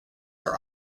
are